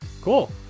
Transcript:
cool